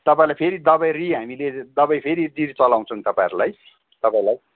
तपाईँलाई फेरि दबाई रि हामीले दबाई फेरि रि चलाउछौँ तपाईँहरूलाई तपाईँलाई